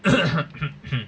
is it